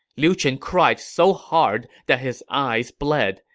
liu chen cried so hard that his eyes bled.